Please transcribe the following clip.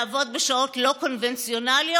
לעבוד בשעות לא קונבנציונליות,